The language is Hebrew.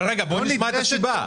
אבל רגע, בוא נשמע את הסיבה.